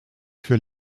für